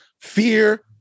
fear